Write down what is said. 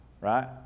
right